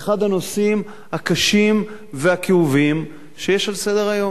אחד הנושאים הקשים והכאובים שיש על סדר-היום.